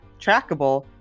trackable